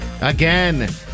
Again